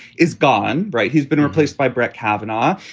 is gone. right. he's been replaced by brett kavanaugh.